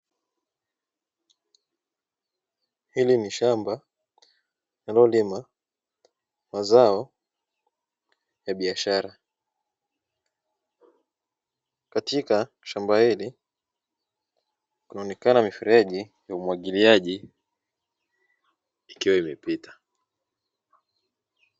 Hili ni shamba linalolima mazao ya biashara, katika shamba hili kuna onekana mifereji ya umwagiliaji ikiwa imepita.